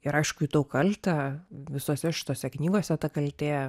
ir aišku jutau kaltę visose šitose knygose ta kaltė